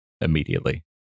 immediately